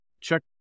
check